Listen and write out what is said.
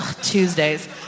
Tuesdays